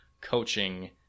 coaching